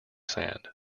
sand